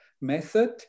method